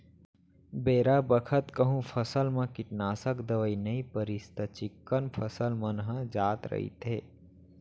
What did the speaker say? बेरा बखत कहूँ फसल म कीटनासक दवई नइ परिस त चिक्कन फसल मन ह जात रइथे